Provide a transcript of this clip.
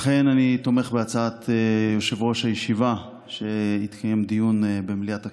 לכן אני תומך בהצעת יושב-ראש הישיבה שיתקיים דיון במליאת הכנסת.